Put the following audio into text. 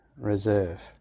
reserve